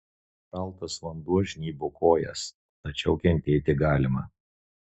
šaltas vanduo žnybo kojas tačiau kentėti galima